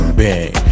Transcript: bang